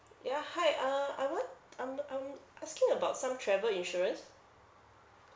ya hi uh I want I'm look I'm asking about some travel insurance